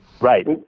Right